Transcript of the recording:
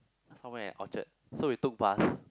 somewhere at Orchard so we took bus